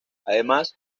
además